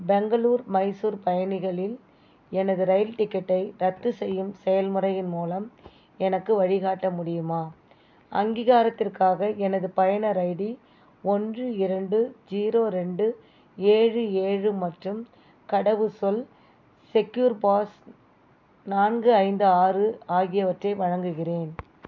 பெங்களூர் மைசூர் பயணிகளில் எனது ரயில் டிக்கெட்டை ரத்து செய்யும் செயல் முறையின் மூலம் எனக்கு வழி காட்ட முடியுமா அங்கீகாரத்திற்காக எனது பயனர் ஐடி ஒன்று இரண்டு ஜீரோ ரெண்டு ஏழு ஏழு மற்றும் கடவு சொல் செக்யூர் பாஸ் நான்கு ஐந்து ஆறு ஆகியவற்றை வழங்குகிறேன்